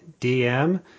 dm